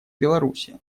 беларуси